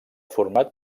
format